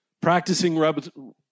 Practicing